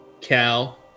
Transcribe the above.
Cal